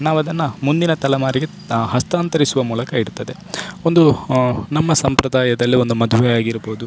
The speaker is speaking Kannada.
ನಾವದನ್ನು ಮುಂದಿನ ತಲೆಮಾರಿಗೆ ಹಸ್ತಾಂತರಿಸುವ ಮೂಲಕ ಇರುತ್ತದೆ ಒಂದು ನಮ್ಮ ಸಂಪ್ರದಾಯದಲ್ಲಿ ಒಂದು ಮದುವೆ ಆಗಿರ್ಬೋದು